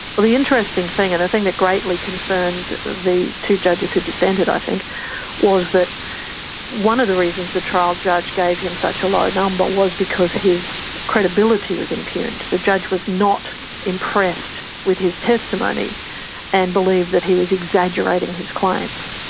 well, the interesting thing and the thing that greatly concerned the two judges who dissented i think was that one of the reasons the trial judge gave him such a low number and um but was because his credibility was impugned. the judge was not impressed with his testimony and believed that he was exaggerating his claims.